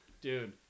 Dude